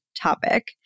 topic